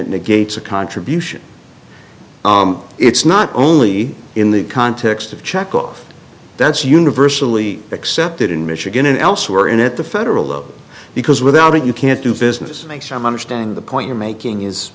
it negates a contribution it's not only in the context of checkoff that's universally accepted in michigan and elsewhere and at the federal level because without it you can't do business makes i'm understanding the point you're making is